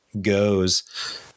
goes